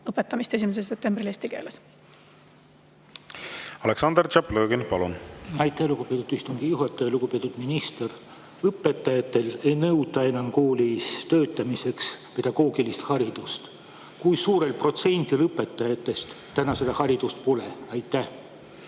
Aleksandr Tšaplõgin, palun! Aleksandr Tšaplõgin, palun! Aitäh, lugupeetud istungi juhataja! Lugupeetud minister! Õpetajatelt ei nõuta enam koolis töötamiseks pedagoogilist haridust. Kui suurel protsendil õpetajatest täna seda haridust pole? Aitäh,